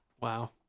Wow